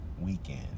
weekend